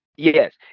Yes